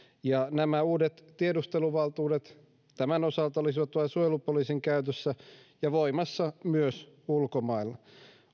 ja nämä uudet tiedusteluvaltuudet tämän osalta olisivat vain suojelupoliisin käytössä ja voimassa myös ulkomailla